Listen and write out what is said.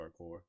hardcore